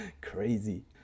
Crazy